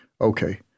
Okay